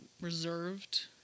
reserved